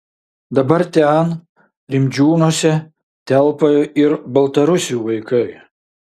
dabar ten rimdžiūnuose telpa ir baltarusių vaikai